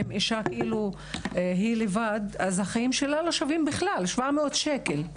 אם אישה לבדה, החיים שלה לא שווים בכלל 700 שקל.